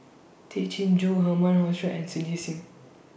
Tay Chin Joo Herman Hochstadt and Cindy SIM